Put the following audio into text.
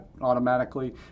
automatically